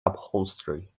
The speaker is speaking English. upholstery